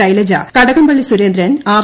Shailaja Kadakampally Surendran R